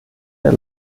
der